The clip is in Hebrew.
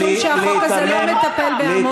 משום שהחוק הזה לא מטפל בעמונה.